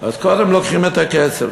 אז קודם לוקחים את הכסף.